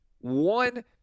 One